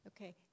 Okay